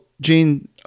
Gene